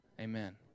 Amen